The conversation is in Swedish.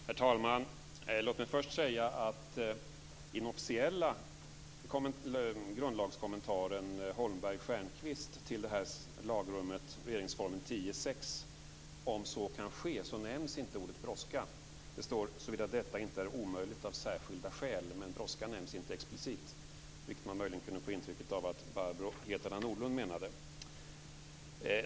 Herr talman! Låt mig först säga att i den officiella grundlagskommentaren, Holmberg/Stjernquist, till det här lagrummet, alltså regeringsformen 10:6, detta apropå det här med "om så kan ske", nämns inte ordet brådska. Det står: såvida detta inte är omöjligt av särskilda skäl. Brådska nämns inte explicit, vilket man möjligen kunde få intrycket att Barbro Hietala Nordlund menade.